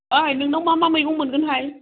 ओइ नोंनाव मा मा मैगं मोनगोनहाय